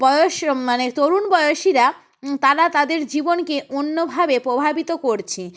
বয়স মানে তরুণ বয়সীরা তারা তাদের জীবনকে অন্যভাবে প্রভাবিত করছে